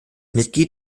mitglied